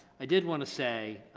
i did want to say,